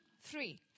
three